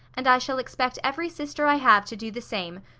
and i shall expect every sister i have to do the same,